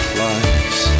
lives